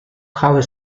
cover